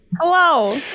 Hello